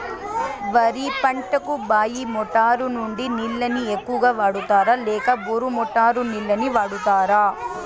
వరి పంటకు బాయి మోటారు నుండి నీళ్ళని ఎక్కువగా వాడుతారా లేక బోరు మోటారు నీళ్ళని వాడుతారా?